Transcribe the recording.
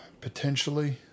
potentially